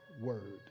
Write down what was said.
word